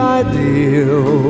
ideal